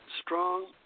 strong